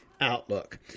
outlook